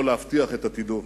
יכול להבטיח את עתידו.